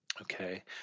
Okay